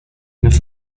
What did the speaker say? enough